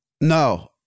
no